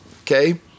okay